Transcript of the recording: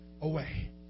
away